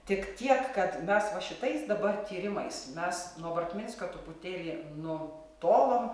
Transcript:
tik tiek kad mes va šitais dabar tyrimais mes dabar nuo bartminskio truputėli nu tolom